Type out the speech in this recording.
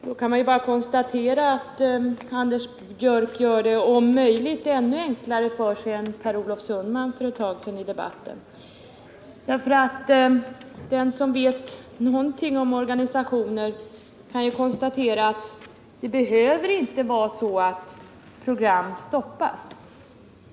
Då kan man konstatera att Anders Björck gör det om möjligt ännu enklare för sig än Per Olof Sundman för ett tag sedan i debatten, därför att den som vet någonting om organisationer kan ju konstatera att det behöver inte vara så att program stoppas.